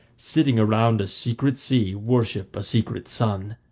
sitting around a secret sea worship a secret sun.